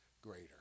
greater